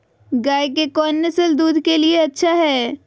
गाय के कौन नसल दूध के लिए अच्छा है?